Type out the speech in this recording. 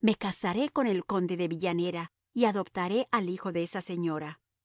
me casaré con el conde de villanera y adoptaré al hijo de esa señora